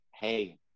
hey